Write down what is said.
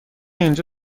اینجا